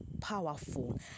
powerful